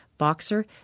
Boxer